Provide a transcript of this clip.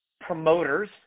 promoters